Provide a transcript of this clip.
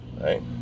right